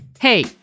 Hey